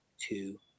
two